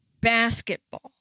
basketball